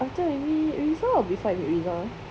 after we meet rizal or before I meet rizal ah